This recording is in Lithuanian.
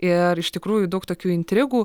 ir iš tikrųjų daug tokių intrigų